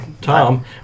Tom